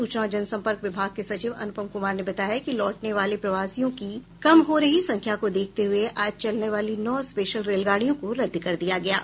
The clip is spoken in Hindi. सूचना और जनसम्पर्क विभाग के सचिव अनुपम कुमार ने बताया कि लौटने वाले प्रवासियों की कम हो रही संख्या को देखते हुये आज चलने वाली नौ स्पेशल रेलगाड़ियों को रद्द कर दिया गया है